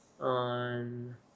on